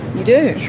you do. sure.